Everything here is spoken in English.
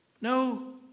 no